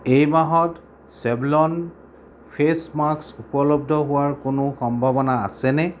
এই মাহত চেভল'ন ফেচ মাস্ক উপলব্ধ হোৱাৰ কোনো সম্ভাৱনা আছেনে